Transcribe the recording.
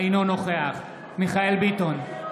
אינו נוכח מיכאל מרדכי ביטון,